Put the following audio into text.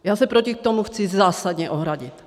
Já se proti tomu chci zásadně ohradit.